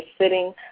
sitting